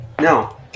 No